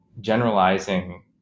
generalizing